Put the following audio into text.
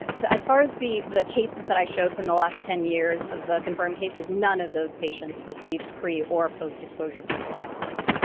as far as the the cases that i showed from the last ten years of the confirmed cases none of those patients received pre or post-exposure prophylaxis.